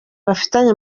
bafitanye